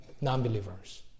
Non-believers